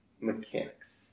Mechanics